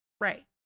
Right